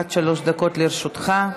עד שלוש דקות לרשותך.